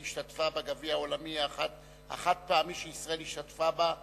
השתתפה בגביע העולמי החד-פעמי שישראל השתתפה בו,